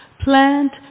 Plant